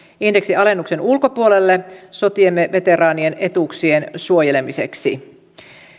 indeksialennuksen ulkopuolelle sotiemme veteraanien etuuksien suojelemiseksi